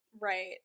Right